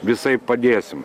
visaip padėsim